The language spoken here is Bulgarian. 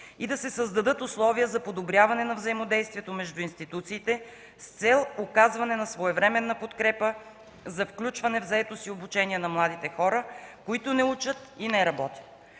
и да се създадат условия за подобряване на взаимодействието между институциите с цел оказване на своевременна подкрепа за включване в заетост и обучение на младите хора, които не учат и не работят.